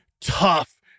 tough